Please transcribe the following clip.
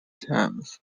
terms